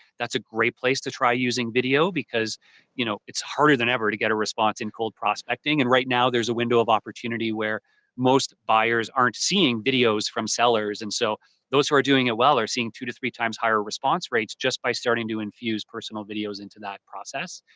that's a great place to try using video because you know it's harder than ever to get a response in cold prospecting and right now there's a window of opportunity where most buyers aren't seeing videos from sellers and so those who are doing it well are seeing two to three times higher response rates just by starting to infuse personal videos into that process.